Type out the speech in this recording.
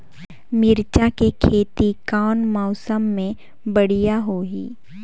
मिरचा के खेती कौन मौसम मे बढ़िया होही?